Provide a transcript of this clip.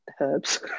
herbs